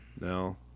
No